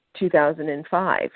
2005